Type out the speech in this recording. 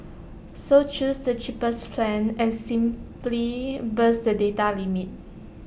so choose the cheapest plan and simply bust the data limit